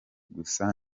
gusa